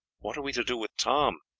what are we to do with tom?